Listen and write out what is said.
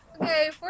Okay